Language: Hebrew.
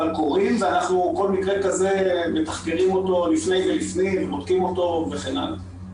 וכל מקרה כזה אנחנו מתחקרים לפני ולפנים ובודקים אותו וכן הלאה.